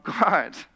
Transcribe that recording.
God